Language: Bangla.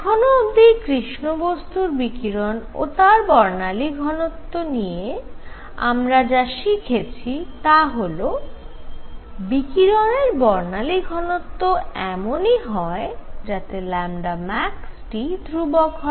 এখনো অবধি কৃষ্ণ বস্তুর বিকিরণ ও তার বর্ণালী ঘনত্ব নিয়ে আমরা যা শিখেছি তা হল বিকিরণের বর্ণালী ঘনত্ব এমনই হয় যাতে maxT ধ্রুবক হয়